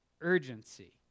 urgency